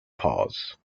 pause